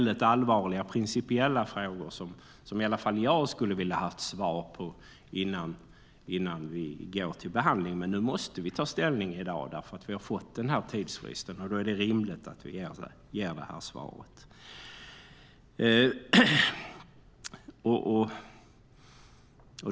Det är allvarliga principiella frågor, som i alla fall jag hade velat få svar på innan vi går till behandling. Men nu måste vi ta ställning i dag eftersom vi har fått den här tidsfristen, och då är det rimligt att vi ger detta svar.